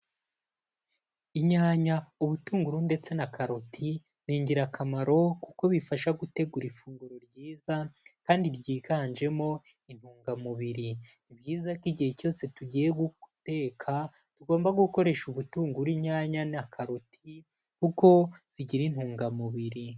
Inyanya, ubutunguru, ndetse na karoti, ni ingirakamaro kuko bifasha gutegura ifunguro ryiza kandi ryiganjemo intungamubiri. Ni byiza ko igihe cyose tugiye guteka tugomba gukoresha ubutunguuru, inyanya na karoti kuko zigira intungamubiri.